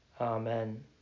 Amen